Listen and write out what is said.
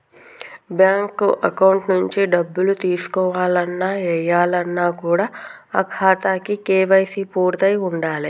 bank account నుంచి డబ్బులు తీసుకోవాలన్న, ఏయాలన్న కూడా ఆ ఖాతాకి కేవైసీ పూర్తయ్యి ఉండాలే